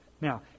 Now